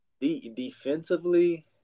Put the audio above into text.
Defensively